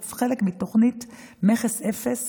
זה חלק מתוכנית מכס אפס